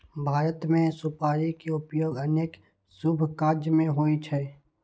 भारत मे सुपारी के उपयोग अनेक शुभ काज मे होइ छै